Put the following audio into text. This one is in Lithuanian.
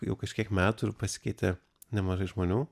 jau kažkiek metų ir pasikeitė nemažai žmonių